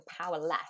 powerless